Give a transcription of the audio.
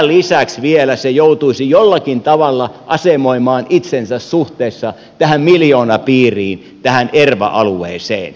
tämän lisäksi se vielä joutuisi jollakin tavalla asemoimaan itsensä suhteessa tähän miljoonapiiriin tähän erva alueeseen